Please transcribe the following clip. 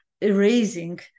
erasing